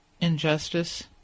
injustice